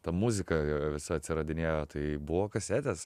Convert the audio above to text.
ta muzika visa atsiradinėjo tai buvo kasetės